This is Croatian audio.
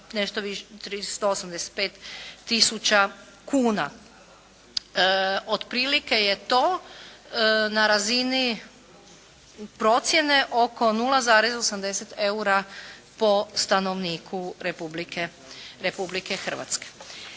nešto više 385 tisuća kuna. Otprilike je to na razini procjene oko 0,80 eura po stanovniku Republike Hrvatske.